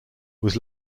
was